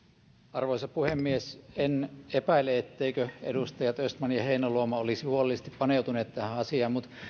arvoisa puhemies en epäile etteivätkö edustajat östman ja heinäluoma olisi huolellisesti paneutuneet tähän asiaan mutta sillä